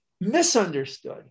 misunderstood